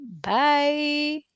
bye